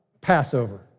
Passover